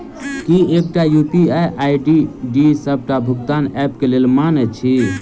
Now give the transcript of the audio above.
की एकटा UPI ID डी सबटा भुगतान ऐप केँ लेल मान्य अछि?